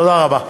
תודה רבה.